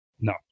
no